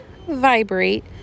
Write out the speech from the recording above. vibrate